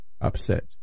upset